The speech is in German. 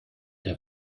der